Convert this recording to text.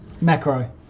macro